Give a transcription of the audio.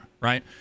right